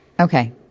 okay